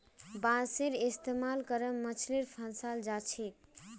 बांसेर इस्तमाल करे मछली फंसाल जा छेक